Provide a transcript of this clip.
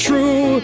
True